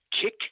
kick